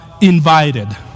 invited